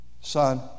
Son